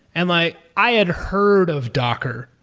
and like i had heard of docker.